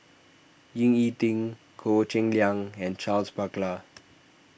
Ying E Ding Goh Cheng Liang and Charles Paglar